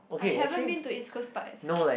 I haven't been to East Coast Park